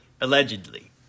Allegedly